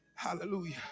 Hallelujah